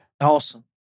Awesome